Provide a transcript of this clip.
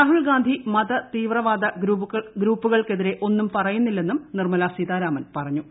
രാഹുൽ ഗാന്ധി മത തീവ്രവാദ ഗ്രൂപ്പുകൾക്കെതിരെ ഒന്നും പറയുന്നില്ലന്നും നിർമ്മലാ സീതാരാമൻ പറഞ്ഞു